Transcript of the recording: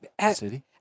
city